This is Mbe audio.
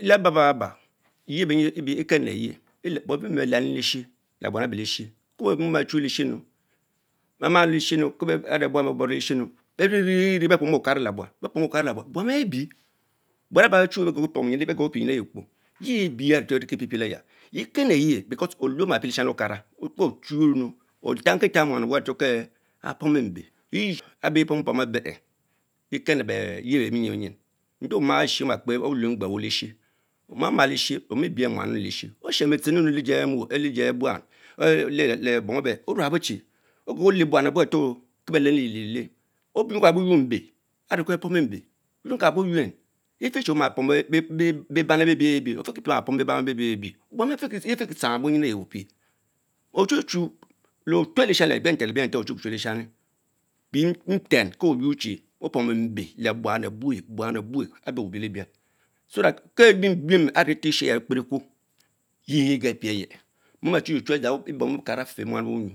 Labakabat yeh benyin etkanule yeh bom ebebemen belalo leshe le buan ebelerne bah maa lechem are buen bebor le shehm berie vie ie beh pomu okara leh buan, lach pom. Oleana le-lbum, buan bada ben bee. byan aba beh Chu bekokie pienyin ehhe kpo the bie erce ene ki prepich Leya, ekenleyer belaule oleh ough oma pien leshani Okara kochumn Otamki tanh muran owes aree kich pomu mbe, yeah abeh pom pomebe eken leyeh benim begin, nde omaa, olien mabeh owe lesheh mah leske omitvice man ower enn leske, otshem betshen camu lejie lonan le bometh ormebocine, okon vay buan abuen are kie betenn lepel else oyuenka bo yuen mbe avel kie beh pomu mke oquenkabonnen eficenie oma pom bebom-cbiebie bie, afikima poran beban elaicbich-bil buom etikidzang abo najn ezie opie ochu chu letuch leshani lebrecenten lebielenten ehh ochibiecem Leshani pie nten ko yuor chi opomn mbe Lebuan ebue ebue, buon obielebich so that kebe bintin eneta eshays experikio yech geh pienen momen achuchu adzang ebom okang afer muan lemrumyu